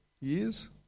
years